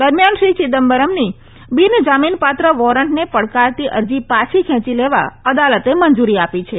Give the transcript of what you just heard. દરમિયાન શ્રી ચિદમ્બરની બિન જામીનપાત્ર વોરન્ટને પડકારતી અરજી પાછી ખેંચી લેવા અદાલતે મંજુરી આપી છે